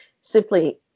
simply